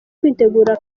kwitegura